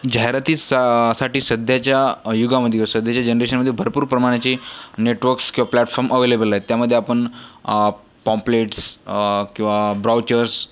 जाहिराती सा साठी सध्याच्या युगामध्ये सध्याच्या जनरेशनमध्ये भरपूर प्रमाणाची नेटवर्क्स किंवा प्लॅटफॉर्म अवेलेबल आहेत त्यामध्ये आपण पॉम्पलेट्स किंवा ब्राउचर्स